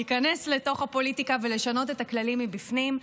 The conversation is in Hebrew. להיכנס לתוך הפוליטיקה ולשנות את הכללים מבפנים.